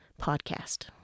podcast